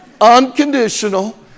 Unconditional